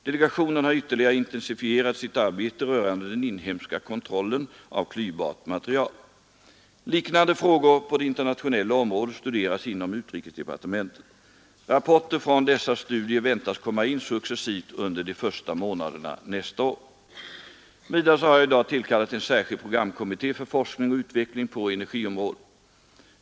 Delegationen har ytterligare intensifierat sitt arbete rörande den inhemska kontrollen av klyvbart material. Liknande frågor på det internationella området studeras inom utrikesdepartementet. Rapporter från dessa studier väntas komma in successivt under de första månaderna nästa år. Vidare har jag i dag tillkallat en särskild programkommitté för forskning och utveckling på energiområdet.